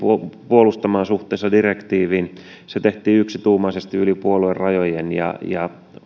puolustamaan suhteessa direktiiviin se tehtiin yksituumaisesti yli puoluerajojen ja ja